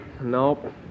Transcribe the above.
nope